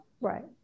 Right